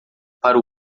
para